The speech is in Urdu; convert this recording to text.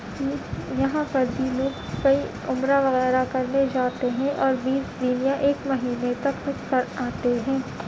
یہاں پر بھی لوگ کئی عمرہ وغیرہ کرنے جاتے ہیں اور بیس دن یا ایک مہینے تک کچھ کر آتے ہیں